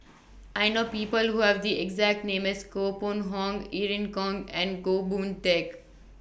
I know People Who Have The exact name as Koh Pun Hong Irene Khong and Goh Boon Teck